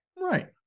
Right